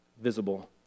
visible